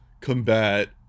combat